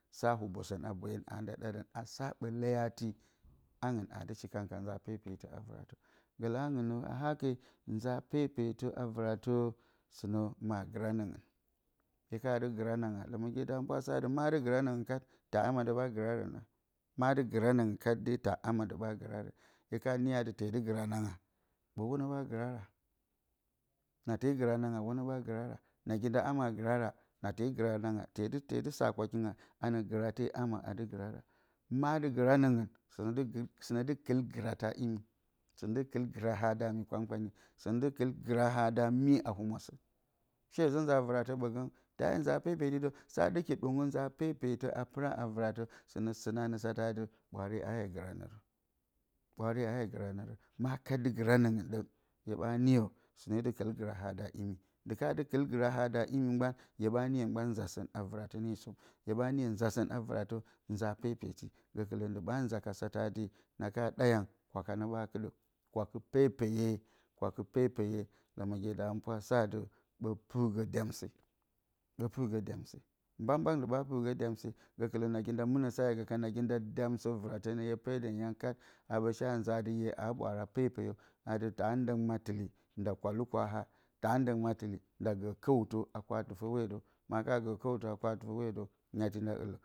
Sa hubosǝn boyǝn a nda ɗarǝn. a sa ɓǝ leyo atɨ, angɨn aa dɨ shikan ka nza pepetǝ. Gǝlǝ angɨn nǝ a hake, nza pepetǝ vɨratǝ, sɨnǝ ma a gɨra nǝngɨn. Hye ka gɨra nanga, lǝmǝgye da hǝmɨnpwa a sa atɨ. ma dɨ gɨra nǝngɨn kat, taa ama dǝ ɓa gɨrarǝn. Ma dɨ gɨra nǝngɨn kat de taa ama dǝ ɓa gɨrarǝn. Hye ka niyo a dɨ te dɨ gɨra nanga, ɓǝ wono ɓa gɨrara? Na te gɨra anga, wono ɓa gɨrara? Nagi nda ama a gɨrara, na tee gɨra nanga, tee dɨ sardǝ kwakinga a nǝ gɨrate ama ɓa gɨrara. Ma dɨ gɨra nǝngɨn, sɨnǝ dɨ kɨl gɨrata imi. Sɨnǝ dɨ kɨl gɨraha da mi kpan-kpanye, sɨnǝ dɨ kɨl gɨraha da mye a humwasǝn. sheezǝ, nza vɨratǝ ɓǝgǝng, taayǝ nza pepeti dǝ. Sa ɗɨki ɗongǝ nza pepetǝ a pɨra a vɨratǝ. sɨnǝ a nǝ satǝ atɨ, ɓwaare aayǝ gɨra nǝngrǝn ɓwaare aayǝ gɨra nǝngrǝn. Ma kat dɨ gɨra nǝngɨn ɗǝng. hye ɓa niyo sɨne dɨ kɨk gɨraha da imi. Ndi ka dɨ kɨl gɨraha da imi mgban, hye ɓa niyo nzasǝn a vɨratǝ ne som. Hye ɓa niyo nzasǝn a vɨratǝ nza pepeti. Gǝkɨlǝ ndi ɓa nza ka satǝ atɨ, na ka ɗayang, kwaka nǝ ɓa kɨɗǝ. Kwakɨ pepeye, kwakɨ pepeye. lǝmǝgye da hǝmɨnpwa a sa atɨ, ɓǝ pɨrgǝ dyamse. Bǝ pɨrgǝ dyemse. Mbak-mbak ndi ɓa pɨrgǝ dyemse. gǝkɨlǝ nagi nda mɨnǝ sa hye gǝ kan, nagi nda dyamsǝ vɨratǝ nǝ hye pedǝn kat a ɓǝ shea nza a dɨ aa hye ɓwaara pepeyo, a dɨ taa ndǝng ma tɨli nda kwalu kwaha, taa ndǝng ma tɨli nda gǝǝ kǝwtǝ a kwa-tɨfǝ hwodǝw. Ma ka gǝǝ kǝwtǝ a kwa-tɨfǝ hwodǝw, nyati nda ɨllǝ.